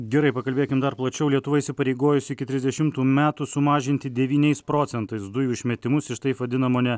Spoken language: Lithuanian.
gerai pakalbėkim dar plačiau lietuva įsipareigojusi iki trisdešimtų metų sumažinti devyniais procentais dujų išmetimus iš taip vadinamo ne